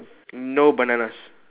no bananas